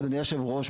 אדוני היושב-ראש,